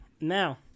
now